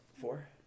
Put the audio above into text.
Four